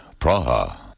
Praha